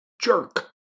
jerk